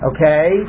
Okay